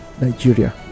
nigeria